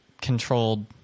controlled